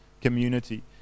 community